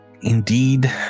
Indeed